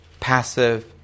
Passive